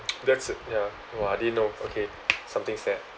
that's ya !wah! I didn't know okay something sad